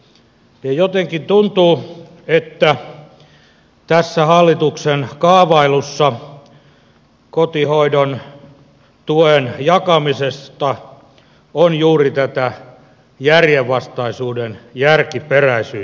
jotenkin tuntuu että tässä hallituksen kaavailussa kotihoidon tuen jakamisesta on juuri tätä järjenvastaisuuden järkiperäisyyttä